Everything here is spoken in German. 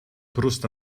brust